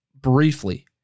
briefly